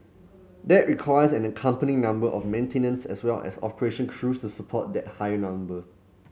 that requires an accompanying number of maintenance as well as operation crews support that higher number